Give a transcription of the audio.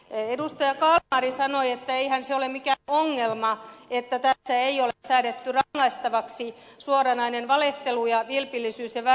kalmari sanoi että eihän se ole mikään ongelma että tässä ei ole säädetty rangaistavaksi suoranaista valehtelua ja vilpillisyyttä ja väärää toimintaa